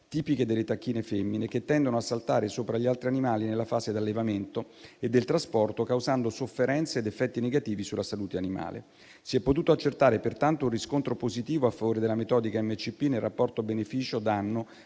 tipiche delle tacchine femmine, che tendono a saltare sopra agli altri animali nella fase di allevamento e di trasporto, causando sofferenze ed effetti negativi sulla salute animale. Si è potuto accertare pertanto un riscontro positivo a favore della metodica MCP nel rapporto tra beneficio e danno